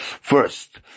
first